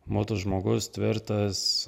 būtų žmogus tvirtas